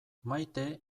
maite